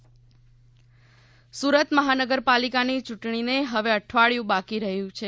સુરત ચૂંટણી સુરત મહાનગરપાલિકાની યૂંટણીને હવે અઠવાડીયું બાકી રહ્યું છે